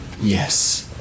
Yes